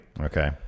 Okay